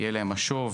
יהיה להם משוב.